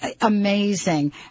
amazing